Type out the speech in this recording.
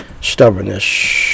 stubbornness